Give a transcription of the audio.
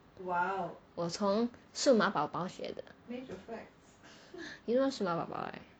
我从数码宝宝学的 you know what's 数码宝宝宝宝